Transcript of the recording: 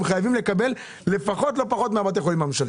הם חייבים לקבל לפחות לא פחות מבתי החולים הממשלתיים.